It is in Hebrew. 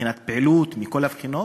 מבחינת פעילות, מכל הבחינות,